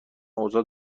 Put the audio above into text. اوضاع